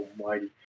almighty